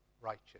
righteous